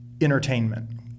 entertainment